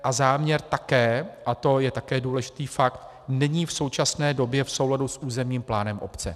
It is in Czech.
A záměr také, a to je také důležitý fakt, není v současné době v souladu s územním plánem obce.